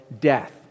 death